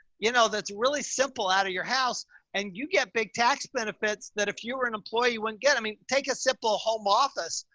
you know, that's really simple out of your house and you get big tax benefits that if you were an employee, you wouldn't get, i mean, take a simple home office,